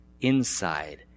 inside